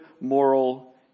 moral